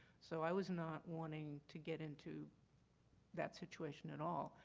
so i was not wanting to get into that situation at all.